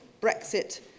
Brexit